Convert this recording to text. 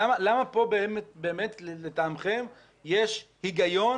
למה פה באמת לטעמכם יש היגיון